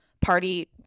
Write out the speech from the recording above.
party